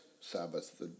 sabbath